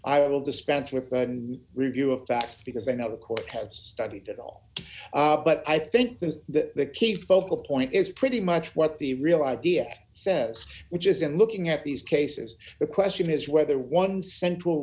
i will dispense with a review of that because i know the court had studied it all but i think that the key focal point is pretty much what the real idea says which is in looking at these cases the question is whether one central